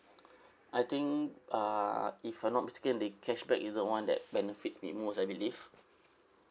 I think uh if I'm not mistaken the cashback is the one that benefits me most I believe